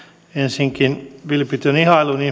ensinnäkin vilpitön ihailuni